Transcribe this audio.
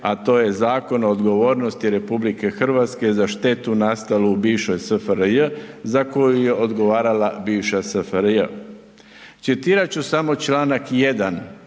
a to je Zakon o odgovornosti RH za štetu nastalu u bivšoj SFRJ za koju je odgovarala bivša SFRJ. Citirat ću samo Članak 1.